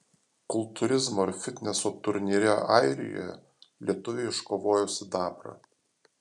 kultūrizmo ir fitneso turnyre airijoje lietuvė iškovojo sidabrą